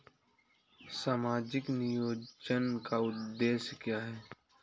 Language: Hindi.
सामाजिक नियोजन का उद्देश्य क्या है?